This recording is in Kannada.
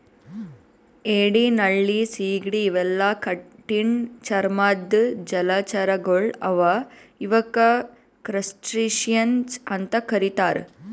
ಏಡಿ ನಳ್ಳಿ ಸೀಗಡಿ ಇವೆಲ್ಲಾ ಕಠಿಣ್ ಚರ್ಮದ್ದ್ ಜಲಚರಗೊಳ್ ಅವಾ ಇವಕ್ಕ್ ಕ್ರಸ್ಟಸಿಯನ್ಸ್ ಅಂತಾ ಕರಿತಾರ್